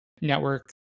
network